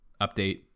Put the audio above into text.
update